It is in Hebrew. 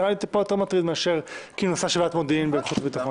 זה נראה לי טיפה יותר מטריד מאשר כינוסה ועדת מודיעין בחוץ וביטחון.